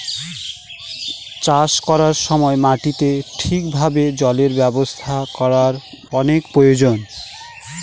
চাষ করার সময় মাটিতে ঠিক ভাবে জলের ব্যবস্থা করার অনেক প্রয়োজন